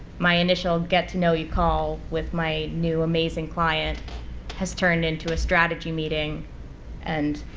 my initial get-to-know-you call with my new amazing client has turned into a strategy meeting and